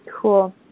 cool